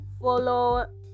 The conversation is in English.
Follow